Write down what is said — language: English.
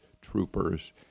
troopers